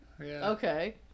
okay